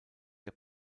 der